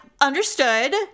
understood